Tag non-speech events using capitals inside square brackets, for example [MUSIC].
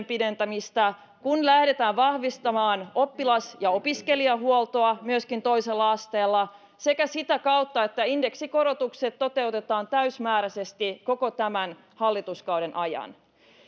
[UNINTELLIGIBLE] pidentämistä kun lähdetään vahvistamaan oppilas ja opiskelijahuoltoa myöskin toisella asteella sekä sitä kautta että indeksikorotukset toteutetaan täysimääräisesti koko tämän hallituskauden ajan